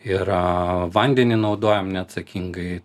ir vandenį naudojam neatsakingai